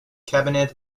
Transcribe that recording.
cabinet